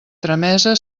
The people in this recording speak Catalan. tramesa